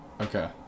Okay